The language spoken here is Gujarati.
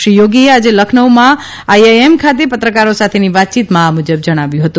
શ્રી યોગીએ આજે લખનઉમાં આઈઆઈએમ ખાતે પત્રકારો સાથેની વાતયીતમાં આ મુજબ જણાવ્યું હતું